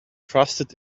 trusted